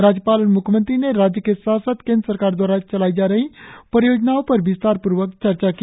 राज्यपाल और म्ख्यमंत्री ने राज्य के साथ साथ केंद्र सरकार दवारा चलाई जा रही परियोजनाओ पर विस्तार पूर्वक चर्चा की